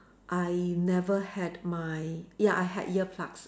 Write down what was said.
I never had my ya I had earplugs